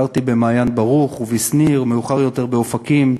גרתי במעיין-ברוך ובשניר ומאוחר יותר באופקים,